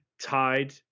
tied